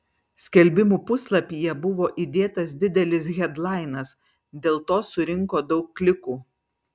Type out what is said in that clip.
skelbimų puslapyje buvo įdėtas didelis hedlainas dėl to surinko daug klikų